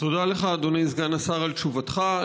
תודה לך, אדוני סגן השר, על תשובתך.